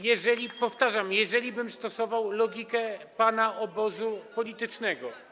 Jeżeli, powtarzam, jeżeli stosowałbym logikę pana obozu politycznego.